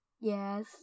yes